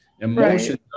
Emotions